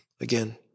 again